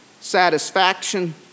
satisfaction